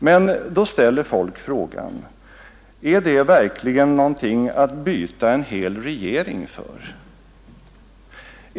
Men då ställer folk frågan: Är det verkligen någonting att byta en hel regering för?